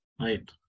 Right